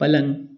पलंग